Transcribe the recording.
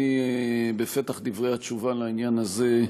בפתח דברי התשובה לעניין הזה,